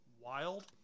wild